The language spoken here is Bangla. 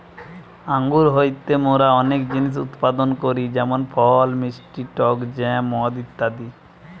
আঙ্গুর হইতে মোরা অনেক জিনিস উৎপাদন করি যেমন ফল, মিষ্টি টক জ্যাম, মদ ইত্যাদি